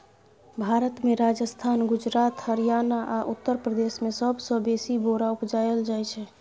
भारत मे राजस्थान, गुजरात, हरियाणा आ उत्तर प्रदेश मे सबसँ बेसी बोरा उपजाएल जाइ छै